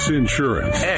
insurance